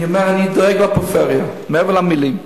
אני אומר, אני דואג לפריפריה, מעבר למלים.